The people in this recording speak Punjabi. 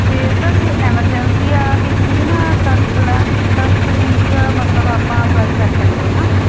ਅਤੇ ਸਰ ਜੇ ਐਮਰਜੈਂਸੀ ਆ ਤਾਂ ਇਹ ਨਾ ਤਤਕਲਾਂ ਤਤਕਾਲੀਨ 'ਚ ਮਤਲਬ ਆਪਾਂ ਅਪਲਾਈ ਕਰ ਸਕਦੇ ਹਾਂ